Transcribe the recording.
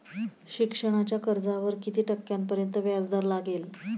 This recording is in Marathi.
शिक्षणाच्या कर्जावर किती टक्क्यांपर्यंत व्याजदर लागेल?